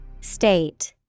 State